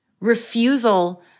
refusal